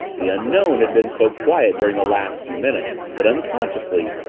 the unknown had been so quiet during the last few minutes, that, unconsciously,